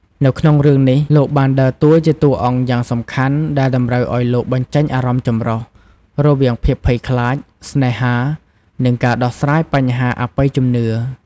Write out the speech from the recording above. នៅក្នុងរឿង នេះលោកបានដើរតួជាតួអង្គយ៉ាងសំខាន់ ដែលតម្រូវឱ្យលោកបញ្ចេញអារម្មណ៍ចម្រុះ រវាងភាពភ័យខ្លាច ស្នេហា និងការដោះស្រាយបញ្ហាអបិយជំនឿ។